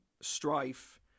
strife